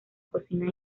cocina